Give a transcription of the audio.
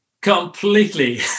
completely